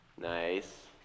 Nice